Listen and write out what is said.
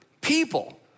people